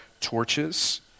torches